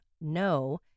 no